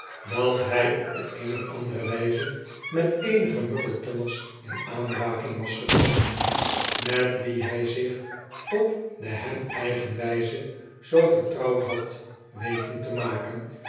dat hij op de een of andere wijze met eenige muggletonners in aanraking was gekomen met wie hij zich op de hem eigen wijze zoo vertrouwd had we ten te maken